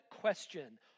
question